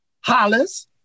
Hollis